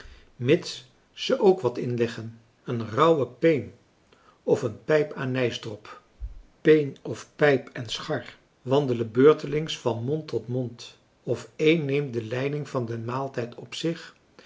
ze k wat inleggen een rauwe peen of een pijp anijsdrop peen of pijp en schar wandelen beurtelings van mond tot mond of één neemt de leiding van den maaltijd op zich